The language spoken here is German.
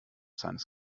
seines